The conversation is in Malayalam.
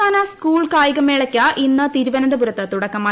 സംസ്ഥാന സ്കൂൾ കായികേമേളയ്ക്ക് ഇന്ന് തിരുവനന്തപുരത്ത് തുടക്കമായി